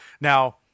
Now